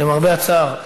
למרבה הצער,